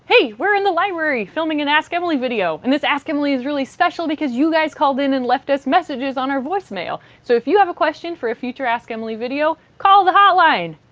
hey! we're in the library filming an ask emily video and this ask emily is really special because you guys called in and left us messages on our voicemail, so if you have a question for a future ask emily video call the hotline!